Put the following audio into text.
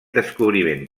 descobriment